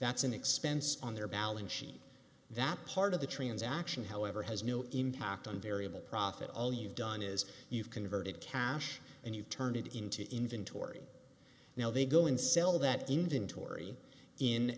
that's an expense on their balance sheet that part of the transaction however has no impact on variable profit all you've done is you've converted cash and you turn it into inventory now they go and sell that inventory in